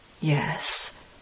Yes